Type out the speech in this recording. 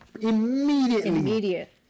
immediately